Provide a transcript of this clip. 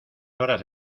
horas